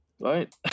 right